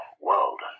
world